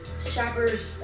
shoppers